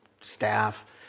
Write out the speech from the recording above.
staff